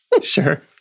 Sure